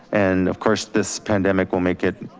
and of course, this pandemic will make it,